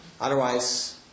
Otherwise